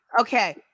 Okay